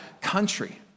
country